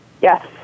Yes